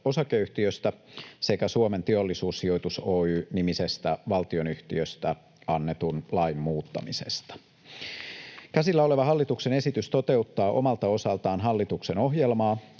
osakeyhtiöstä sekä Suomen Teollisuussijoitus Oy -nimisestä valtionyhtiöstä annetun lain muuttamisesta. Käsillä oleva hallituksen esitys toteuttaa omalta osaltaan hallituksen ohjelmaa,